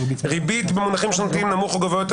"ריבית במונחים שנתיים שנמוך או גבוה יותר